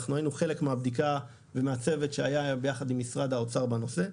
אנחנו היינו חלק מהבדיקה ומהצוות שהיה ביחד עם משרד האוצר בנושא.